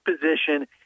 position